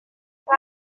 bydd